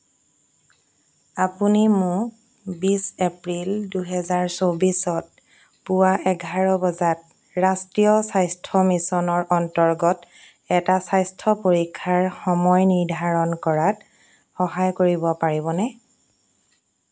আপুনি মোক বিছ এপ্ৰিল দুহেজাৰ চৌবিছত পুৱা এঘাৰ বজাত ৰাষ্ট্ৰীয় স্বাস্থ্য মিছনৰ অন্তৰ্গত এটা স্বাস্থ্য পৰীক্ষাৰ সময় নিৰ্ধাৰণ কৰাত সহায় কৰিব পাৰিবনে